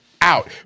out